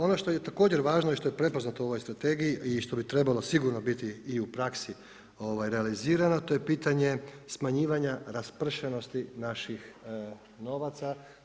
Ono što je također važno i što je prepoznato u ovoj strategiji i što bi trebalo sigurno biti i u praksi realizirano, to je pitanje smanjivanja raspršenosti naših novaca.